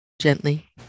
gently